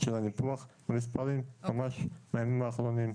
של הניפוח במספרים, ממש מהימים האחרונים.